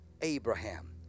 Abraham